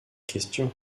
question